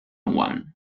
one